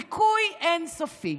דיכוי אין-סופי.